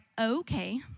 okay